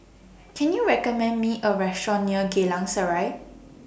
Can YOU recommend Me A Restaurant near Geylang Serai